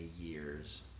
years